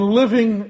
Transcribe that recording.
living